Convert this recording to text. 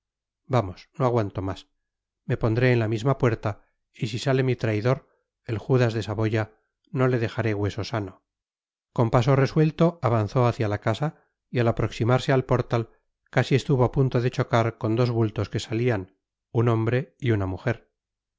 vamos no aguanto más me pondré en la misma puerta y si sale mi traidor el judas de saboya no le dejaré hueso sano con paso resuelto avanzó hacia la casa y al aproximarse al portal casi estuvo a punto de chocar con dos bultos que salían un hombre y una mujer